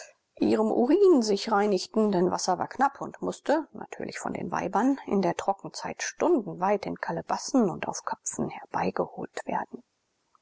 ihrem urin sich reinigten denn wasser war knapp und mußte natürlich von den weibern in der trockenzeit stundenweit in kalebassen und auf köpfen herbeigeholt werden